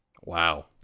Wow